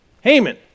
Haman